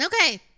okay